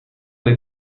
they